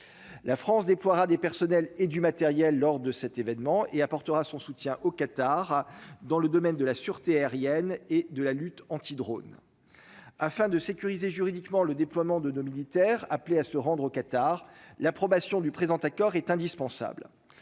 la France déploiera des personnels et du matériel lors de cet événement et apportera son soutien au Qatar, dans le domaine de la sûreté aérienne et de la lutte anti-drônes afin de sécuriser juridiquement le déploiement de nos militaires appelés à se rendre au Qatar l'approbation du présent accord est indispensable,